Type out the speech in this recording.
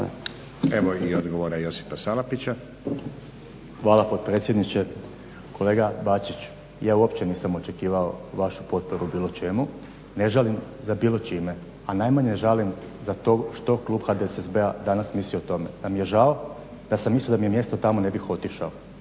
**Salapić, Josip (HDSSB)** Hvala potpredsjedniče. Kolega Bačić ja uopće nisam očekivao vašu potporu bilo čemu, ne žalim za bilo čime, a najmanje žalim za tim što klub HDSSB-a danas misli o tome. Da mi je žao, da sam mislio da mi je mjesto tamo ne bih otišao.